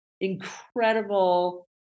incredible